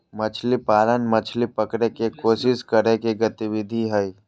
मछली पालन, मछली पकड़य के कोशिश करय के गतिविधि हइ